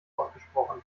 ausgesprochen